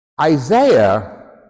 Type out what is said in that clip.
Isaiah